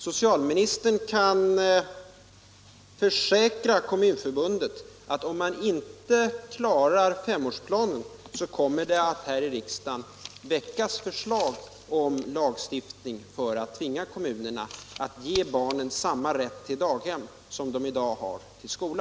Socialministern kan försäkra Kommunförbundet att om man inte klarar femårsplanen kommer det här i riksdagen att väckas förslag om lagstiftning för att tvinga kommunerna att ge barnen samma rätt till daghem som de i dag har till skola.